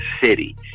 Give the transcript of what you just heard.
city